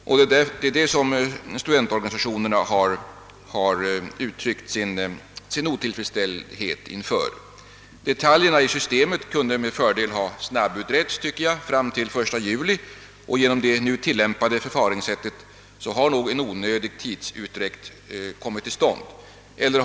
Det är det som studentorganisationerna har uttryckt sitt missnöje med. Detaljerna i systemet kunde enligt min mening med fördel ha snabbutretts fram till den 1 juli. Genom det nu tillämpade förfaringssättet har det nog blivit en onödig tidsutdräkt.